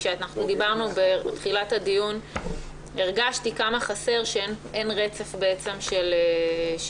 כשאנחנו דיברנו בתחילת הדיון הרגשתי כמה חסר שאין רצף של עבודה.